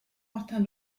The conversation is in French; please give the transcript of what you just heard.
martin